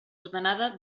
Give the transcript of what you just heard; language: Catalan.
ordenada